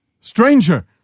Stranger